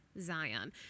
Zion